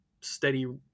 steady